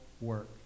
work